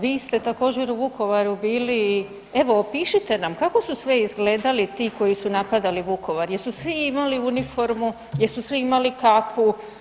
Vi ste također u Vukovaru bili i evo opišite nam kako su sve izgledali ti koji su napadali Vukovar, jel su svi imali uniformu, jel su svi imali kapu?